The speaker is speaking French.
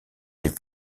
des